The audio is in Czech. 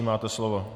Máte slovo.